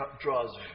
draws